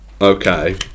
Okay